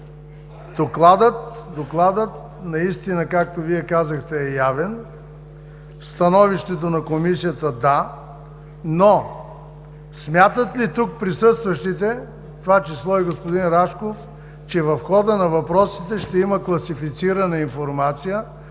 Докладът, както Вие казахте, е явен. Становището на Комисията - също, но смятат ли тук присъстващите, в това число и господин Рашков, че в хода на въпросите ще има класифицирана информация,